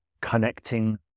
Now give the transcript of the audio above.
connecting